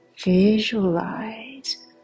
Visualize